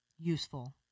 useful